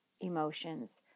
emotions